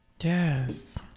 yes